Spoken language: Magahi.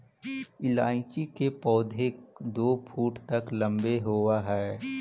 इलायची के पौधे दो फुट तक लंबे होवअ हई